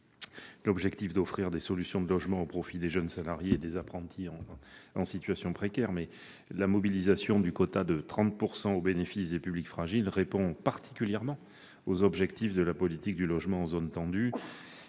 l'objectif d'offrir des solutions de logement aux jeunes salariés et aux apprentis en situation précaire, mais le quota de 30 % au bénéfice des publics fragiles répond parfaitement aux objectifs de la politique du logement en zone tendue.